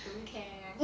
don't care